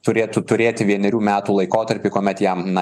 turėtų turėti vienerių metų laikotarpį kuomet jam na